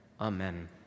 Amen